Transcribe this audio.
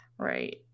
Right